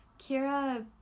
Kira